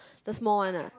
the small one ah